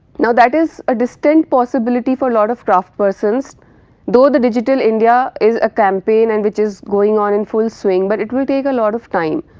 now, that is a distant possibility for lot of craftspersons though the digital india is a campaign and which is going on in full swing, but it will take a lot of time.